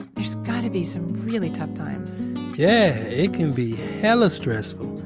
there's got to be some really tough times yeah. it can be hella stressful,